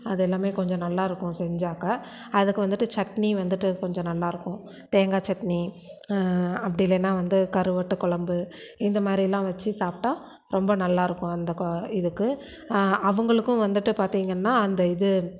அதெல்லாமே கொஞ்சம் நல்லாயிருக்கும் செஞ்சாக்கா அதுக்கு வந்துட்டு சட்னி வந்துட்டு கொஞ்சம் நல்லாருக்கும் தேங்காய் சட்னி அப்படி இல்லைன்னா வந்து கருவாட்டு குழம்பு இந்தமாதிரிலாம் வச்சு சாப்பிட்டா ரொம்ப நல்லாருக்கும் அந்த கொ இதுக்கு அவங்களுக்கும் வந்துட்டு பார்த்திங்கன்னா அந்த இது